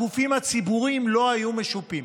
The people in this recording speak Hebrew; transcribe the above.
הגופים הציבוריים לא היו משופים.